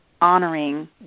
honoring